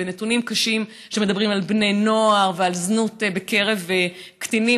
ונתונים קשים שמדברים על בני נוער ועל זנות בקרב קטינים,